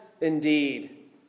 indeed